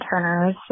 Turner's